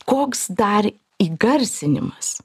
koks dar įgarsinimas